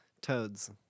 Toads